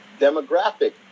demographic